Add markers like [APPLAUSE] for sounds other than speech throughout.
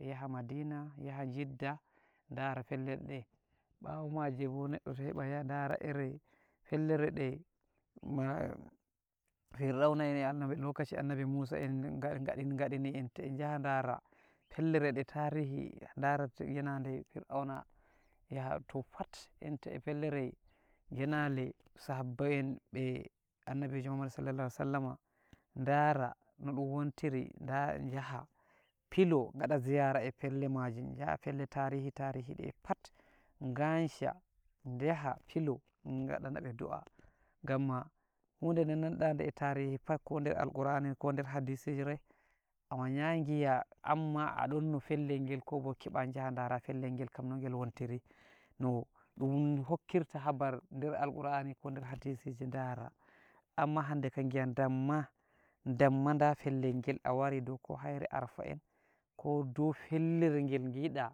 yaha madina yaha jidda dara felle ɗe, [HESITATION] ɓawo maje ɓo neɗɗo to heɓai yaha dara ere fellere de-ma [HESITATION] fir'auna en e annab lokashi annabi Musa en nga-ngadi ni enta e njaha dara pellere de tarihi [HESITATION] darata yanade fir'auna, yaha to pat enta e fellere genale sahabbai en be annabijo Muhammadu sallallahu alaihi wasallama [HESITATION] dara noɗun wontiri, da njaha pilo ngada ziyara e pelle majun jaha pelle tarihi-tarihi de pat ngansha njaha pilo ngaɗa naɓe du'a gamma hude de nanda de e tarihi pat koh der alqur'ani ko der hadisire, a wanyayi ngi'a amma a ɗonno pellel ngel, kobo keba nyaha dara pellel ngel kam no ngel wontiri no ɗun hokkirta habar der alqur'ani koh der hadisije dara, amma hande kam ngi'a damma-damma da pellel ngel a wari dou koh haire arfa en koh dou fellere ngel ngiɗa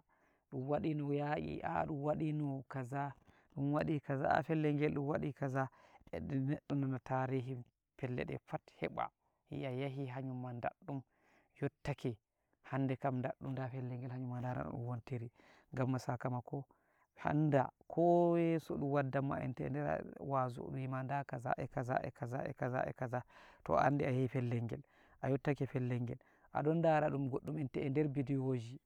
ɗun waɗino yaki ah dun wadino kaza-dun waɗi kaza pellel ngel dun wadi kaza neɗɗo nontare [HESITATION] pellel de pat heɓa yi'a yahi hanyunma daɗɗum yottake hande kam daɗɗum da fellere hanumma dara nodun wontiri, gam sakamako anda ko yeso ɗun waddanma enta eder wa'azu dun wima da kaza e kaza e kaza e kaza e kaza to a andi ayahi pellel ngel a yottake pellel ngel a ɗon dara ɗum goɗɗum enta eder bidiyoj